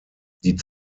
die